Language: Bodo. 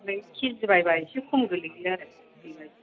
ओमफ्राय किजि बायबा इसे खम गोलैयो आरो